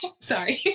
sorry